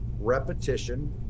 repetition